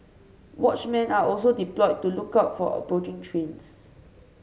watchmen are also deployed to look out for approaching trains